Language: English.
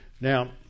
Now